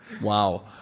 Wow